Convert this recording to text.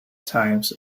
times